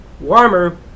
Warmer